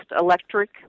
electric